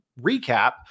recap